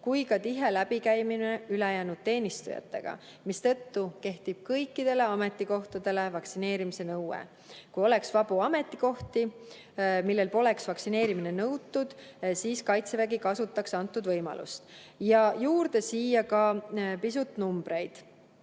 kui ka tihe läbikäimine ülejäänud teenistujatega, mistõttu kehtib kõikidel ametikohtadel vaktsineerimise nõue. Kui oleks vabu ametikohti, kus poleks vaktsineerimine nõutud, siis Kaitsevägi kasutaks antud võimalust. Siia juurde ka pisut numbreid.